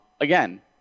Again